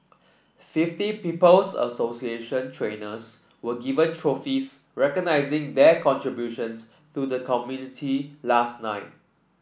fifty People's Association trainers were given trophies recognising their contributions to the community last night